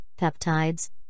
peptides